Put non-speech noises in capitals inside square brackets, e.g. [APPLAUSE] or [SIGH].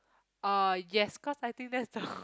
uh yes cause I think that's the [BREATH]